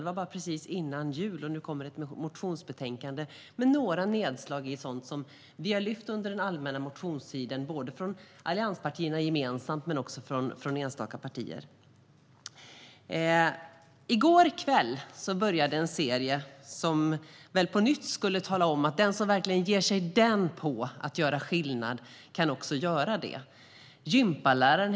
Det var precis före jul, och nu kommer ett motionsbetänkande, med några nedslag i sådant som vi har lyft upp i den allmänna motionstiden från allianspartierna gemensamt men också från enstaka partier. I går kväll började en serie som väl på nytt skulle tala om att den som verkligen ger sig den på att göra skillnad också kan göra skillnad. Den hette Gympaläraren .